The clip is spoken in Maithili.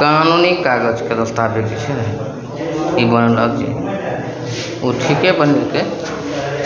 कानूनी कागजके दस्तावेज छै ई मने अथी ओ ठीके बनेलके